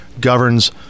governs